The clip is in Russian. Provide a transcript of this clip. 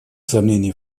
сомнений